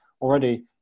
already